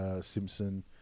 Simpson